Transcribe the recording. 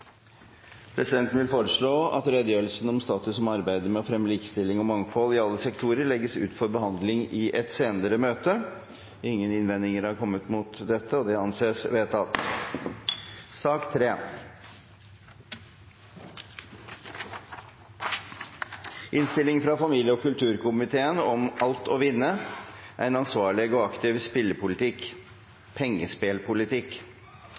Presidenten vil foreslå at redegjørelsen om status i arbeidet med å fremme likestilling og mangfold i alle sektorer legges ut for behandling i et senere møte. – Det anses vedtatt. Etter ønske fra familie- og kulturkomiteen vil presidenten foreslå at debatten blir begrenset til 1 time, og